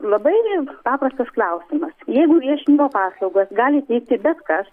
labai paprastas klausimas jeigu viešinimo paslaugas gali teikti bet kas